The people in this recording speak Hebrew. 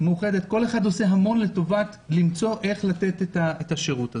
"מאוחדת" כל אחת עושה המון כדי למצוא איך לתת את השירות הזה.